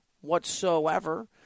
whatsoever